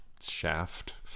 Shaft